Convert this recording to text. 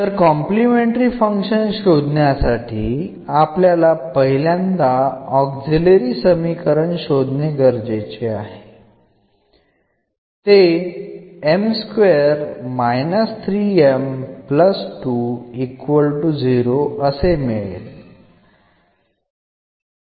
ആദ്യം complementary function കണ്ടെത്തുന്നതിനായി എന്ന ഓക്സിലറി സമവാക്യം നമ്മൾ എഴുതുന്നു